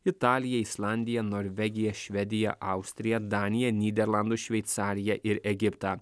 italiją islandiją norvegiją švediją austriją daniją nyderlandus šveicariją ir egiptą